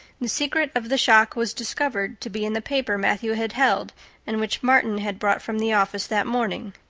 the secret of the shock was discovered to be in the paper matthew had held and which martin had brought from the office that morning.